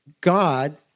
God